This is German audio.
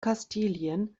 kastilien